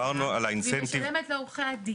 והיא משלמת לעורכי הדין.